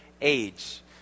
age